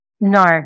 no